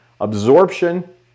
absorption